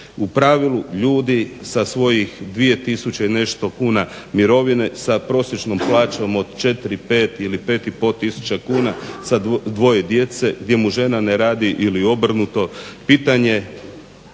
U pravilu ljudi sa svojih 2000 nešto kuna mirovine sa prosječnom plaćom od 4, 5 ili 5 i pol tisuća kuna sa dvoje djece, gdje mu žena ne radi ili obrnuto pitanje